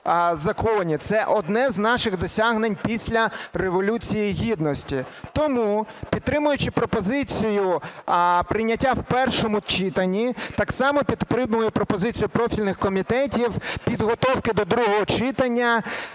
Це одне з наших досягнень після Революції Гідності. Тому, підтримуючи пропозицію прийняття в першому читанні, так само підтримую пропозицію профільних комітетів підготовки до другого читання